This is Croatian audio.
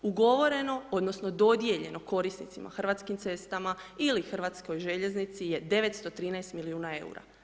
Ugovoreno, odnosno dodijeljeno korisnicima Hrvatskim cestama ili Hrvatskoj željeznici je 913 milijuna eura.